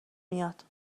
میاد